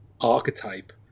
archetype